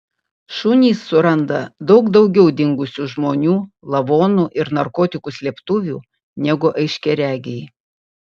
šunys suranda daug daugiau dingusių žmonių lavonų ir narkotikų slėptuvių negu aiškiaregiai